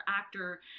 actor